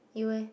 you eh